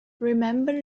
remember